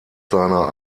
seiner